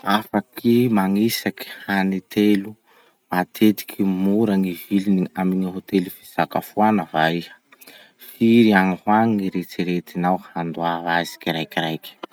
Afaky magnisaky hany telo hita matetiky mora gny viliny amy gny hotely fisakafoana va iha? Firy agny ho agny gn'eritseretinao handoava azy kiraikiraiky?